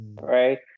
right